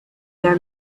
their